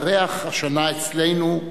מתארח השנה אצלנו,